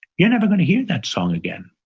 you're never gonna hear that song again.